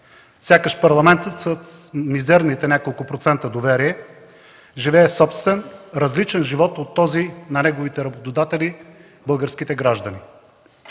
Сякаш Парламентът с мизерните няколко процента доверие живее собствен, различен живот от този на неговите работодатели – българските граждани.